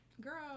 Girl